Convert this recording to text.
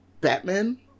Batman